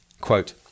Quote